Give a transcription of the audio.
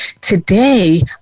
today